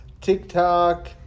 TikTok